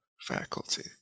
faculty